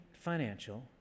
financial